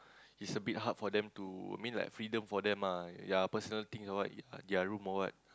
is a bit hard for them to I mean like freedom for them ah ya personal thing or what their room or what